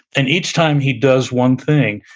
and each time he does one thing,